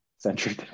century